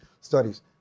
studies